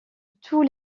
tous